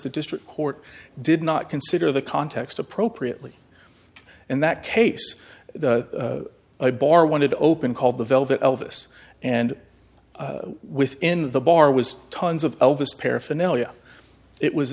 the district court did not consider the context appropriately in that case a bar wanted to open called the velvet elvis and within the bar was tons of elvis paraphernalia it was